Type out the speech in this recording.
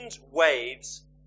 waves